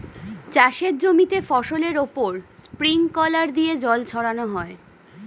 চাষের জমিতে ফসলের উপর স্প্রিংকলার দিয়ে জল ছড়ানো হয়